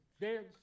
dance